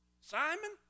Simon